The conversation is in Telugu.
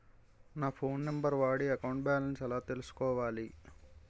నా ఫోన్ నంబర్ వాడి నా అకౌంట్ బాలన్స్ ఎలా తెలుసుకోవాలి?